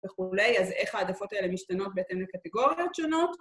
וכולי, אז איך העדפות האלה משתנות בהתאם לקטגוריות שונות.